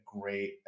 great